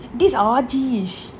dish